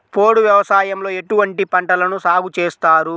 పోడు వ్యవసాయంలో ఎటువంటి పంటలను సాగుచేస్తారు?